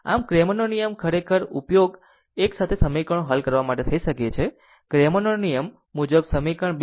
આમ ક્રેમર નો નિયમ ખરેખર ઉપયોગ એક સાથે સમીકરણો હલ કરવા માટે થઈ શકે છે ક્રેમર ના નિયમ મુજબ સમીકરણ 2